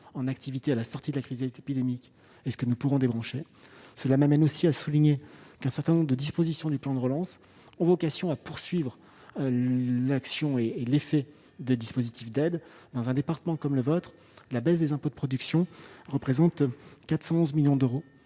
en activité en sortie de crise épidémique et ce que nous pourrons débrancher. Un certain nombre de dispositions du plan de relance ont vocation à poursuivre l'action et l'effet de dispositifs d'aides. Dans un département comme le vôtre, la baisse des impôts de production représente 411 millions d'euros,